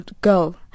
girl